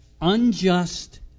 unjust